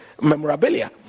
memorabilia